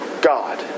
God